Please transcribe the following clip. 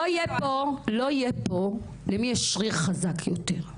לא יהיה פה למי יש שריר חזק יותר.